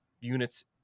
units